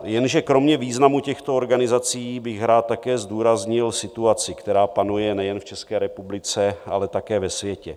Jenže kromě významu těchto organizací bych rád také zdůraznil situaci, která panuje nejen v České republice, ale také ve světě.